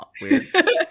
weird